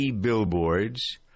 billboards